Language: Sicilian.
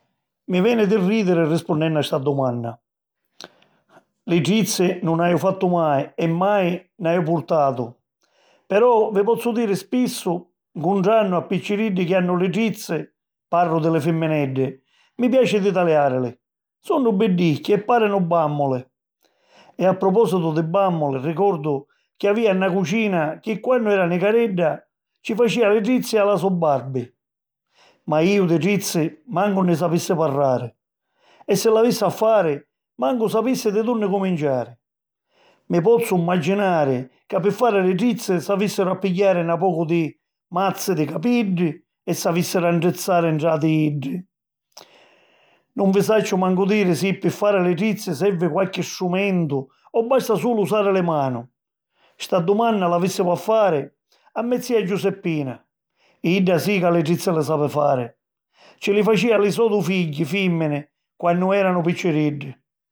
Mi veni di rìdiri rispunnennu a sta dumanna. Li trizzi nun nn'haju fattu mai; e mai nn'haju purtatu. Però vi pozzu diri, spissu ncuntrannu a picciriddi chi hannu li trizzi, parru di li fimmineddi, mi piaci di taliàrili, sunnu biddicchi, e pàrinu bàmmuli. E a propòsitu di bàmmuli, ricordu chi avìa na cucina chi quannu era nicaredda, ci facìa li trizzi a la so Barbi. Ma iu di trizzi mancu nni sapissi parrari. E si l'avissi a fari, mancu sapissi di dunni cuminciari. Mi pozzu mmaginari ca pi fari li trizzi s'avìssiru a pigghiari na pocu di mazzi di capiddi e s'avìssiru a ntrizzari ntra di iddi. Nun vi sacciu mancu diri si, pi fari li trizzi, servi qualchi strumentu o basta sulu usari li manu. Sta dumanna l'avìssivu a fari a me zia Giuseppina; idda sì ca li trizzi li sapi fari: ci li facìa a li so' du' figghi fìmmini quannu èranu picciriddi!